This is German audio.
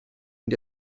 und